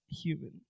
human